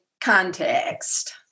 context